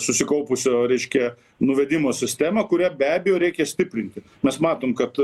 susikaupusio reiškia nuvedimo sistemą kurią be abejo reikia stiprinti mes matom kad